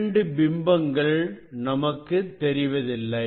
இரண்டு பிம்பங்கள் நமக்கு தெரிவதில்லை